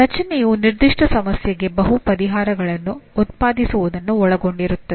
ರಚನೆಯು ನಿರ್ದಿಷ್ಟ ಸಮಸ್ಯೆಗೆ ಬಹು ಪರಿಹಾರಗಳನ್ನು ಉತ್ಪಾದಿಸುವುದನ್ನು ಒಳಗೊಂಡಿರುತ್ತದೆ